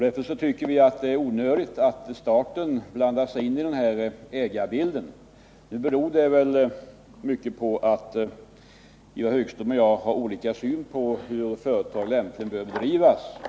Därför är det onödigt att staten blandar sig i den här ägarbilden. Att Ivar Högström och jag har olika uppfattningar i det här avseendet beror väl på att vi har olika syn på hur ett företag lämpligen bör bedrivas.